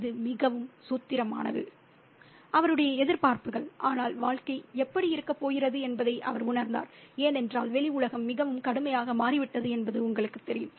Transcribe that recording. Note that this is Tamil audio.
இது மிகவும் சூத்திரமானது அவருடைய எதிர்பார்ப்புகள் ஆனால் வாழ்க்கை எப்படி இருக்கப் போகிறது என்பதை அவர் உணர்ந்தார் ஏனென்றால் வெளி உலகம் மிகவும் கடுமையாக மாறிவிட்டது என்பது உங்களுக்குத் தெரியும்